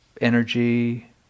energy